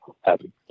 happy